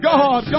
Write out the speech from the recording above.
God